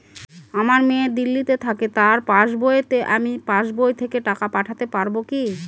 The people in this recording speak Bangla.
আমার মেয়ে দিল্লীতে থাকে তার পাসবইতে আমি পাসবই থেকে টাকা পাঠাতে পারব কি?